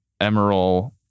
Emerald